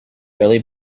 early